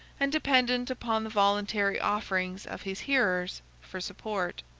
and dependent upon the voluntary offerings of his hearers for support.